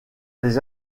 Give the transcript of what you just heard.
les